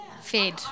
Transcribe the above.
Fed